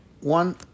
one